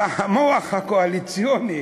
במוח הקואליציוני